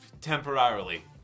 temporarily